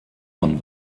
von